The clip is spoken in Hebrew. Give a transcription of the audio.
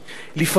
לפעמים,